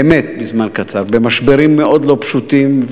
באמת בזמן קצר, במשברים מאוד לא פשוטים.